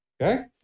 Okay